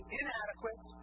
inadequate